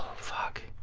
fuck.